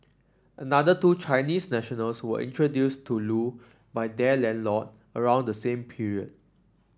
another two Chinese nationals were introduced to Loo by their landlord around the same period